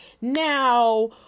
Now